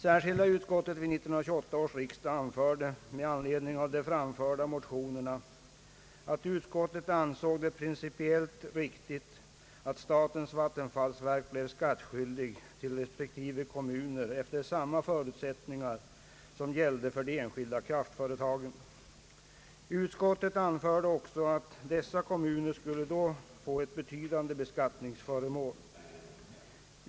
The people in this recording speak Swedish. Särskilda utskottet vid 1928 års riksdag yttrade med anledning av de framförda motionerna att utskottet ansåg det principiellt riktigt att statens vattenfallsverk blev skattskyldigt till respektive kommuner efter samma förutsättningar som gällde för de enskilda kraftföretagen. Utskottet anförde också att dessa kommuner då skulle få ett betydande beskattningsföremål.